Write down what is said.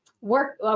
work